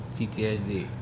PTSD